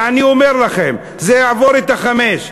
ואני אומר לכם: זה יעבור את ה-5%,